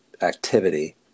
activity